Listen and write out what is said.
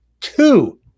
two